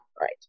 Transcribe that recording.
right